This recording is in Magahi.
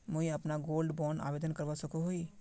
मुई अपना गोल्ड बॉन्ड आवेदन करवा सकोहो ही?